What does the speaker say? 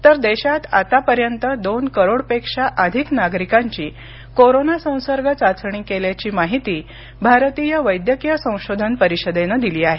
तर देशात आतापर्यंत दोनकरोडपेक्षा अधिक नागरिकांची कोरोना संसर्ग चाचणी केल्याची माहिती भारतीय वैद्यकीय संशोधन परिषदेनं दिली आहे